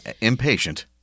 Impatient